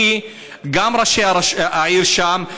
כי גם ראשי העיר שם,